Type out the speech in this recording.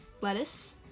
lettuce